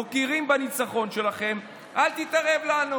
מוקירים את הניצחון שלכם, אל תתערב לנו.